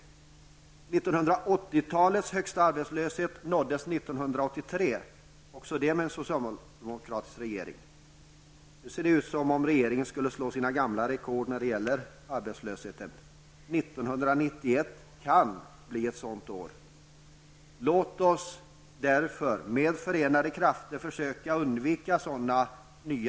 1980-talets högsta arbetslöshet nåddes 1983, också det med en socialdemokratisk regering. Nu ser det ut som om regeringen skulle slå sina gamla rekord i fråga om arbetslöshet. 1991 kan bli ett sådant år. Låt oss därför med förenade krafter försöka undvika nya sådana ''rekord''.